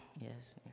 Yes